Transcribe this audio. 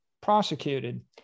prosecuted